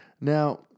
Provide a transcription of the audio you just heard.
Now